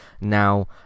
now